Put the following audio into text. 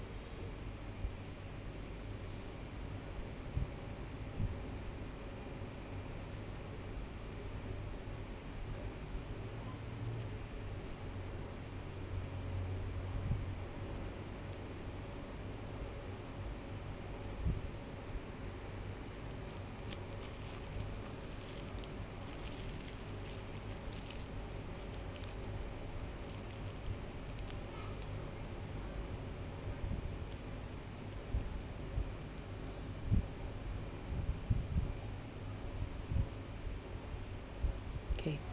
okay